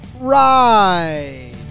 ride